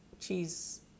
Cheese